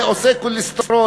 זה עושה כולסטרול.